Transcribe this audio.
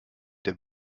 der